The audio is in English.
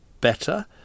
better